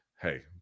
hey